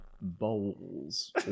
bowls